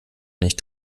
nicht